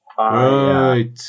Right